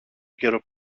γερο